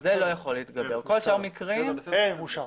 אושר.